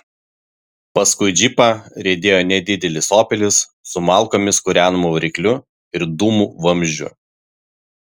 paskui džipą riedėjo nedidelis opelis su malkomis kūrenamu varikliu ir dūmų vamzdžiu